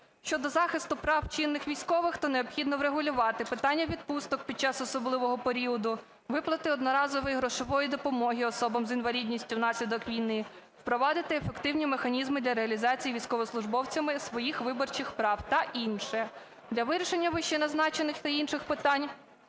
Щодо захисту прав чинних військових, то необхідно врегулювати питання відпусток під час особливого періоду, виплати одноразової грошової допомоги особам з інвалідністю внаслідок війни, впровадити ефективні механізми для реалізації військовослужбовцями своїх виборчих прав та інше. Для вирішення вищезазначених та інших питань